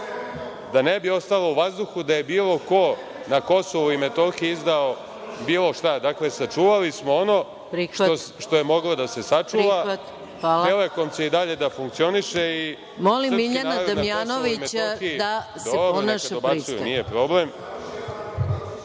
da ne bi ostalo u vazduhu da je bilo ko na Kosovu i Metohiji izdao bilo šta. Dakle, sačuvali smo ono što je moglo da se sačuva. „Telekom“ će i dalje da funkcioniše i srpski narod na Kosovu i Metohiji će…(Poslanici Srpske